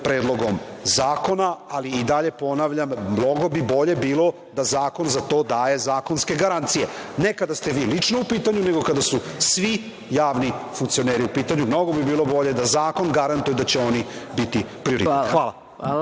predlogom zakona, ali i dalje ponavljam, mnogo bi bolje bilo da zakon za to daje zakonske garancije, ne kada ste vi lično u pitanju, nego kada su svi javni funkcioneri u pitanju, mnogo bi bilo bolje da zakon garantuje da će oni biti prioritet. **Maja